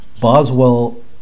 Boswell